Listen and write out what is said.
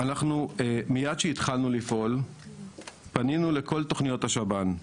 מיד כשהתחלנו לפעול פנינו לכל תכניות השב"ן,